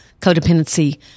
Codependency